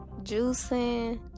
juicing